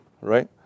right